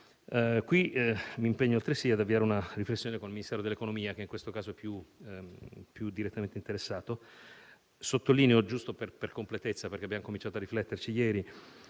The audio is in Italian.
mi impegno altresì ad avviare una riflessione col Ministero dell'economia e delle finanze, che in questo caso è più direttamente interessato. Sottolineo - giusto per completezza visto che abbiamo cominciato a rifletterci ieri